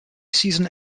season